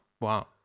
wow